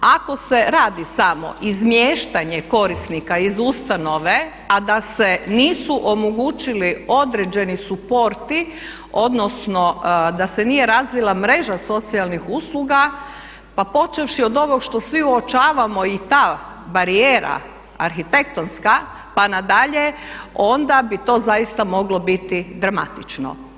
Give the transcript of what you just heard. Ako se radi samo izmještanje korisnika iz ustanove a da se nisu omogućili određeni supporti odnosno da se nije razvila mreža socijalnih usluga a počevši od ovog što svi uočavamo i ta barijera arhitektonska pa nadalje onda bi to zaista moglo biti dramatično.